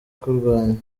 kurwanywa